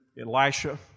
Elisha